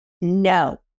no